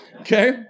Okay